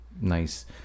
nice